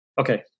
Okay